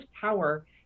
power